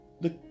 look